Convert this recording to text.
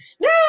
No